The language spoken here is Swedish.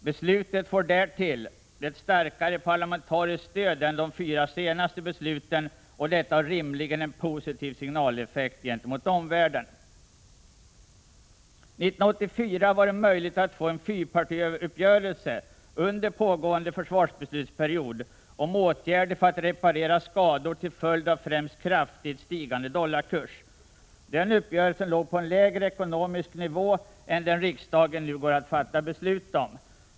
Beslutet får därtill ett starkare parlamentariskt stöd än de fyra senaste besluten, och detta har rimligen en positiv signaleffekt gentemot omvärlden. År 1984 var det möjligt att få en fyrpartiuppgörelse — under pågående försvarsbeslutsperiod — om åtgärder för att reparera skador till följd av främst kraftigt stigande dollarkurs. Den uppgörelsen låg på en lägre ekonomisk nivå än den riksdagen nu går att fatta beslut om.